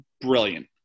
brilliant